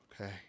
okay